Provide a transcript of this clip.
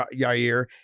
Yair